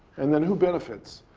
and then, who benefits?